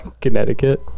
Connecticut